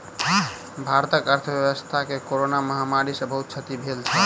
भारतक अर्थव्यवस्था के कोरोना महामारी सॅ बहुत क्षति भेल छल